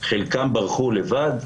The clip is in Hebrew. חלקם ברחו לבד,